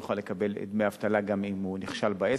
יוכל לקבל דמי אבטלה אם הוא נכשל בעסק,